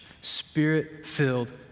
spirit-filled